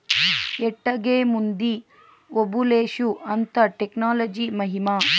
ఎట్టాగేముంది ఓబులేషు, అంతా టెక్నాలజీ మహిమా